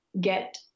get